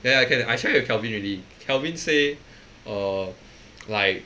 then I can I share with kelvin already kelvin say err like